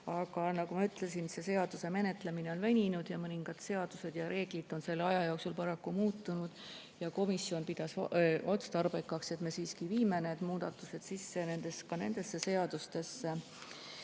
Aga nagu ma ütlesin, selle seaduse menetlemine on veninud ja mõningad seadused ja reeglid on selle aja jooksul paraku muutunud. Komisjon pidas otstarbekaks, et me siiski viime need muudatused sisse ka nendesse seadustesse.